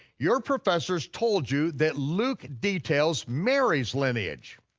your professors told you that luke details mary's lineage.